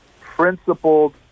principled